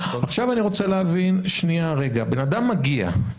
עכשיו אני רוצה להבין, בן אדם מגיע,